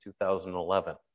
2011